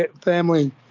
family